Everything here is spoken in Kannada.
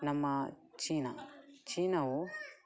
ನಮ್ಮ ಚೀನ ಚೀನವು